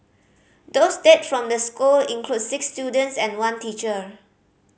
those dead from the school include six students and one teacher